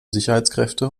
sicherheitskräfte